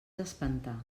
espantar